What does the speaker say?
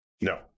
No